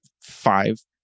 five